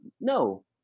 no